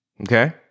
Okay